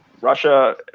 russia